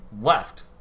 left